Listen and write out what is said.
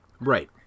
right